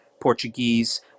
Portuguese